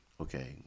okay